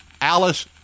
Alice